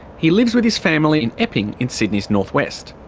he lives with his family in epping, in sydney's north-west.